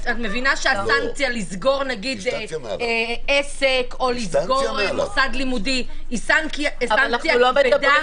את מבינה שהסנקציה לסגור עסק או לסגור מוסד לימודי היא סנקציה כבדה?